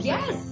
Yes